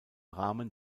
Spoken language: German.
rahmen